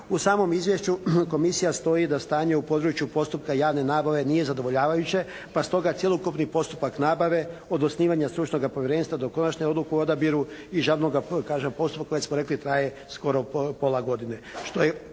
U samom izvješću komisija stoji da stanje u području postupka javne nabave nije zadovoljavajuće pa stoga cjelokupni postupak nabave od osnivanja stručnoga povjerenstva do konačne odluke o odabiru i žalbenog kažem postupka kojeg smo rekli traje skoro pola godine